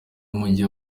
umujyi